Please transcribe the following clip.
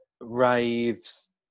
raves